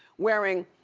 wearing